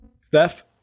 Steph